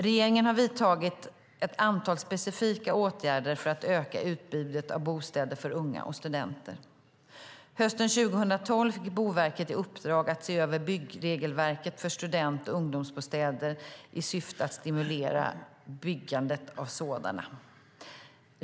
Regeringen har vidtagit ett antal specifika åtgärder för att öka utbudet av bostäder för unga och studenter. Hösten 2012 fick Boverket i uppdrag att se över byggregelverket för student och ungdomsbostäder i syfte att stimulera byggandet av sådana.